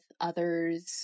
others